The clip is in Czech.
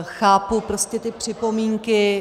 Chápu prostě ty připomínky.